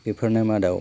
बेफोरनो मादाव